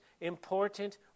important